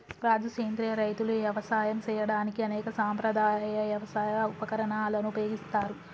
రాజు సెంద్రియ రైతులు యవసాయం సేయడానికి అనేక సాంప్రదాయ యవసాయ ఉపకరణాలను ఉపయోగిస్తారు